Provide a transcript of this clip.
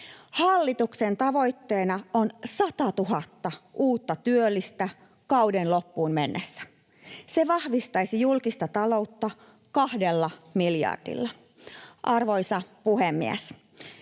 Hallituksen tavoitteena on 100 000 uutta työllistä kauden loppuun mennessä. Se vahvistaisi julkista taloutta kahdella miljardilla. Arvoisa puhemies!